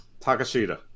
Takashita